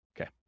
Okay